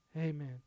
amen